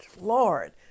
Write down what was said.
Lord